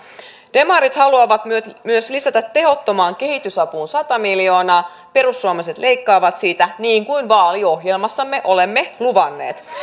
demarit haluavat myös lisätä tehottomaan kehitysapuun sata miljoonaa perussuomalaiset leikkaavat siitä niin kuin vaaliohjelmassamme olemme luvanneet